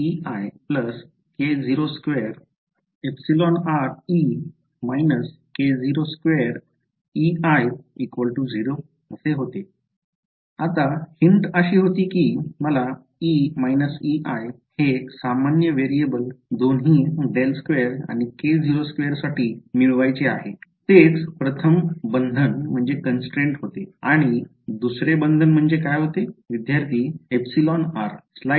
आता हिंट अशी होती की मला E Ei हे सामान्य व्हेरिएबल दोन्ही ∇2 आणि k02 साठी मिळवायचे आहे तेच प्रथम बंधन होते आणि दुसरे बंधन म्हणजे काय